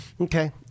Okay